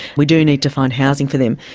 we do need to find housing for them,